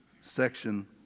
section